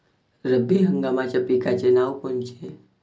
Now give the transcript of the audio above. रब्बी हंगामाच्या पिकाचे नावं कोनचे?